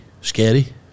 scary